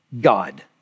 God